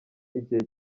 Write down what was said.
igihe